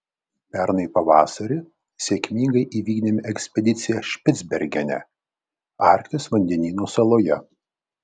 pernai pavasarį sėkmingai įvykdėme ekspediciją špicbergene arkties vandenyno saloje